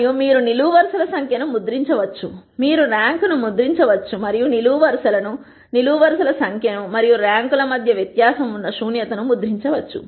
మరియు మీరు నిలువు వరుసల సంఖ్యను ముద్రించవచ్చు మీరు ర్యాంక్ను ముద్రించవచ్చు మరియు నిలువు వరుసలను మరియు నిలువు వరుసల సంఖ్య మరియు ర్యాంక్ల మధ్య వ్యత్యాసం ఉన్న శూన్యతను ముద్రించవచ్చు